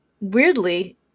weirdly